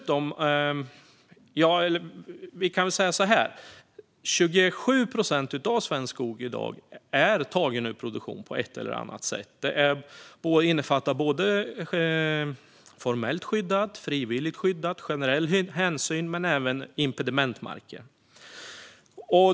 27 procent av svensk skog är i dag tagen ur produktion på ett eller annat sätt. Det innefattar både formellt skyddad, frivilligt skyddad, generell hänsyn och impedimentmarker.